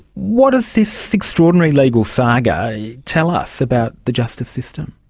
what does this extraordinary legal saga tell us about the justice system?